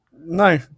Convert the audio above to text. No